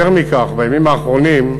יותר מכך, בימים האחרונים,